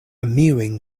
mewing